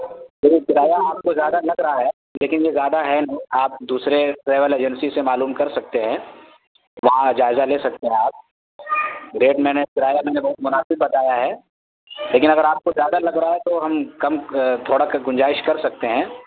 صرف کرایہ آپ کو زیادہ لگ رہا ہے لیکن یہ زیادہ ہے نہیں آپ دوسرے ٹریول ایجنسی سے معلوم کر سکتے ہیں وہاں جائزہ لے سکتے ہیں آپ ریٹ میں نے کرایہ میں نے بہت مناسب بتایا ہے لیکن اگر آپ کو زیادہ لگ رہا ہے تو ہم کم تھوڑا گنجائش کر سکتے ہیں